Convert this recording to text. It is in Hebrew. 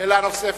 שאלה נוספת.